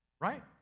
right